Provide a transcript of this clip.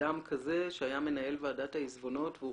אדם כזהב שהיה מנהל ועדת העיזבונות והוא